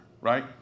right